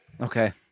Okay